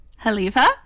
haliva